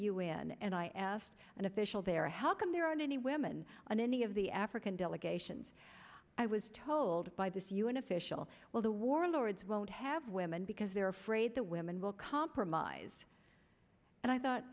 n and i asked an official there how come there aren't any women on any of the african delegations i was told by this un official well the warlords won't have women because they're afraid the women will compromise and i thought